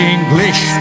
English